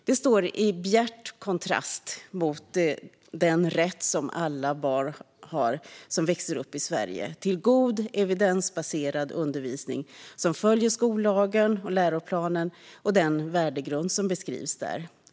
Det står i bjärt kontrast mot den rätt som alla barn som växer upp i Sverige har till god, evidensbaserad undervisning som följer skollagen och läroplanen och den värdegrund som beskrivs där.